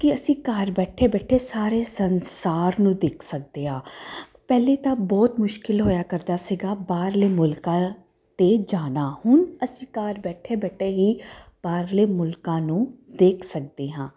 ਕਿ ਅਸੀਂ ਘਰ ਬੈਠੇ ਬੈਠੇ ਸਾਰੇ ਸੰਸਾਰ ਨੂੰ ਦੇਖ ਸਕਦੇ ਆ ਪਹਿਲੇ ਤਾਂ ਬਹੁਤ ਮੁਸ਼ਕਿਲ ਹੋਇਆ ਕਰਦਾ ਸੀਗਾ ਬਾਹਰਲੇ ਮੁਲਕਾਂ ਤੇ ਜਾਣਾ ਹੁਣ ਅਸੀਂ ਕਾਰ ਬੈਠੇ ਬੈਠੇ ਹੀ ਬਾਹਰਲੇ ਮੁਲਕਾਂ ਨੂੰ ਦੇਖ ਸਕਦੇ ਹਾਂ